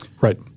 Right